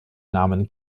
namen